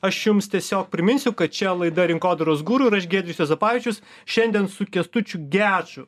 aš jums tiesiog priminsiu kad čia laida rinkodaros guru ir aš giedrius juozapavičius šiandien su kęstučiu gečų